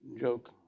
joke